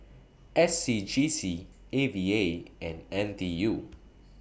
S C G C A V A and N T U